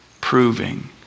proving